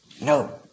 no